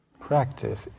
Practice